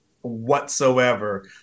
whatsoever